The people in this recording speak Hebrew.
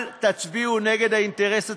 אל תצביעו נגד האינטרס הציבורי.